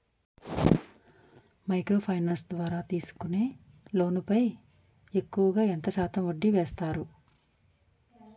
Micro finance ద్వారా తీసుకునే loan పై ఎక్కువుగా ఎంత శాతం వడ్డీ వేస్తారు?